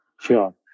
Sure